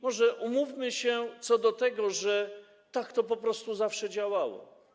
Może umówmy się co do tego, że tak to po prostu zawsze działało.